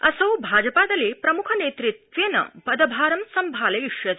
असौ भाजपादले प्रम्ख नेतृत्वेन पदभारं सम्भालयिष्यति